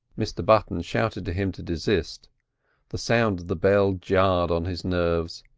mr button shouted to him to desist the sound of the bell jarred on his nerves.